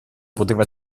poteva